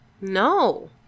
No